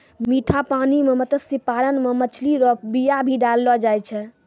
मीठा पानी मे मत्स्य पालन मे मछली रो बीया भी डाललो जाय छै